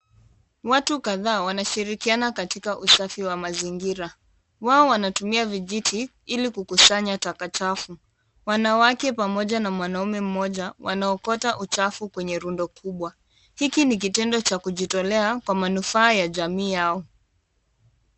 Watu kadhaa wanashirikiana katika usafi wa mazingira. Wao wanatumia vijitiili kukusanya taka chafu. Wanawake pamoja na mwanamme mmoja wanaokota uchafu kwenye rundokubwa. Hiki ni kitendo cha kujitolea kwa manufaa ya jamii yao.